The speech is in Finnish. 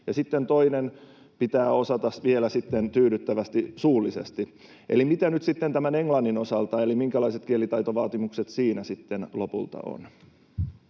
ja sitten toinen pitää osata vielä tyydyttävästi suullisesti. Eli miten on nyt sitten tämän englannin osalta: minkälaiset kielitaitovaatimukset siinä sitten lopulta on?